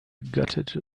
gutted